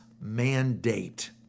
mandate